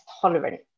tolerant